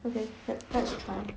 okay let's let's try